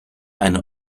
eine